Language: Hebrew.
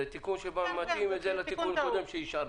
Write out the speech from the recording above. זה תיקון שמתאים לתיקון הקודם שאישרנו.